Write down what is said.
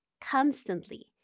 constantly